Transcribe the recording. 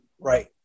right